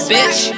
Bitch